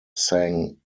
sang